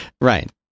Right